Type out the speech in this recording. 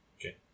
Okay